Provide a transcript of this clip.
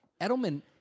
Edelman